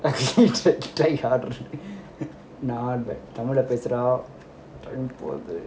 தமிழ் ல பேசுடா டைம் போகுது:tamil laey pesuda time poguthu